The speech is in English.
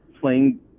playing